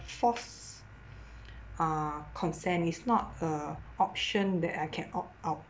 forced uh consent it's not a option that I can opt out